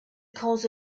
cause